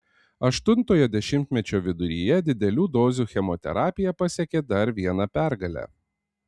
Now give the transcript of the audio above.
aštuntojo dešimtmečio viduryje didelių dozių chemoterapija pasiekė dar vieną pergalę